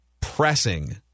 pressing